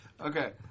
Okay